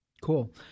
Cool